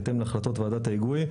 בהתאם להחלטות ועדת ההיגוי.